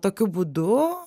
tokiu būdu